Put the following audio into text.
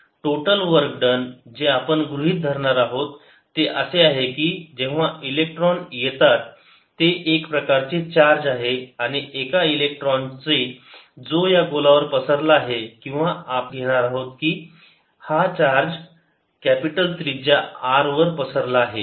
total work done जे आपण गृहीत धरणार आहोत ते असे आहे की जेव्हा इलेक्ट्रॉन येतात ते एक प्रकारचे चार्ज आहे एका इलेक्ट्रॉन चे जो या गोलावर पसरला आहे किंवा आपण घेणार आहोत की हा चार्ज कॅपिटल त्रिज्या आर वर पसरला आहे